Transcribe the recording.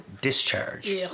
discharge